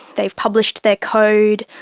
they published their code,